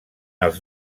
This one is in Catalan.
els